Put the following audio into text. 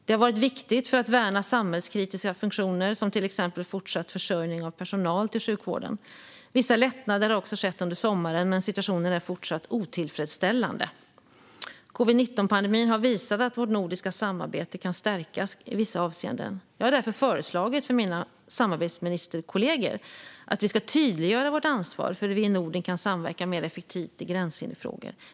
Det har varit viktigt för att värna samhällskritiska funktioner, som till exempel fortsatt försörjning av personal till sjukvården. Vissa lättnader har också skett under sommaren, men situationen är fortsatt otillfredsställande. Covid-19-pandemin har visat att vårt nordiska samarbete kan stärkas i vissa avseenden. Jag har därför föreslagit för mina samarbetsministerkollegor att vi ska tydliggöra vårt ansvar för hur vi i Norden kan samverka mer effektivt i gränshindersfrågor.